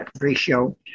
ratio